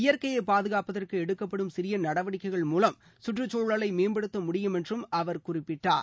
இயற்கையை பாதுகாப்பதற்கு எடுக்கப்படும் சிறிய நடவடிக்கைகள் மூலம் சுற்றுச்சூழலை மேம்படுத்த முடியும் என்றும் அவர் குறிப்பிட்டார்